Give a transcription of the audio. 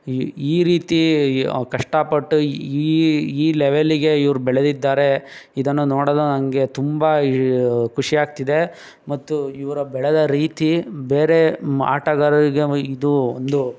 ಈ ಈ ರೀತಿ ಕಷ್ಟಪಟ್ಟು ಈ ಈ ಲೆವೆಲ್ಲಿಗೆ ಇವರು ಬೆಳೆದಿದ್ದಾರೆ ಇದನ್ನು ನೋಡಲು ನನಗೆ ತುಂಬ ಖುಷಿಯಾಗ್ತಿದೆ ಮತ್ತು ಇವರ ಬೆಳೆದ ರೀತಿ ಬೇರೆ ಆಟಗಾರರಿಗೆ ಇದು ಒಂದು